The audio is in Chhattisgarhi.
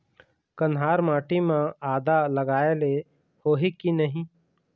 कन्हार माटी म आदा लगाए ले होही की नहीं?